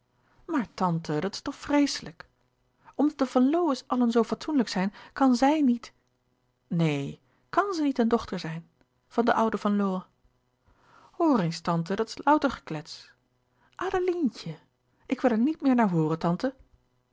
maar tante dat is toch vreeslijk om de van lowe's allen zoo fatsoenlijk zijn kan zij niet louis couperus de boeken der kleine zielen neen kàn ze niet een dochter zijn van den ouden van lowe hoor eens tante dat is louter geklets adelientje ik wil er niet meer naar hooren tante